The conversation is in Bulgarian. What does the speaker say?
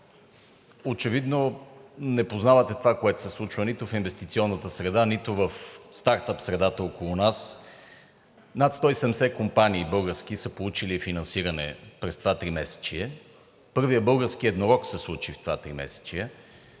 Очевидно не познавате това, което се случва нито в инвестиционната среда, нито в стартъп средата около нас. Над 170 български компании са получили финансиране през това тримесечие. Първият български еднорог се случи в това тримесечие,